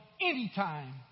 anytime